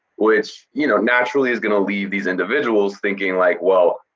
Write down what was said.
which, y'know, naturally, is gonna leave these individuals thinking like, well,